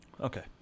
Okay